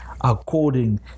according